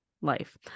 life